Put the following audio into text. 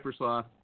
Hypersloth